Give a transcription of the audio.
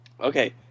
okay